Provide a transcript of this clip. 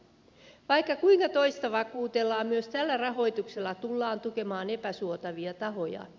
vaikka kuinka toista vakuutellaan myös tällä rahoituksella tullaan tukemaan epäsuotavia tahoja